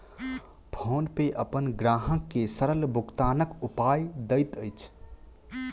PhonePe अपन ग्राहक के सरल भुगतानक उपाय दैत अछि